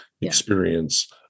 experience